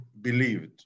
believed